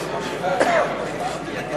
גברתי, בבקשה.